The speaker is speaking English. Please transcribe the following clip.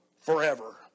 forever